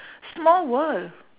small world